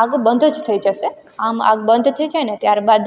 આગ બંધ જ થઈ જશે આમ આગ બંધ થઈ જાય ને ત્યારબાદ